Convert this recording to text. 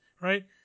Right